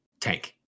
tank